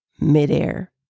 midair